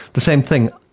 the same thing.